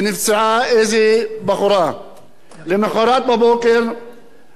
למחרת בבוקר אני שומע בתקשורת, בחדשות בבוקר,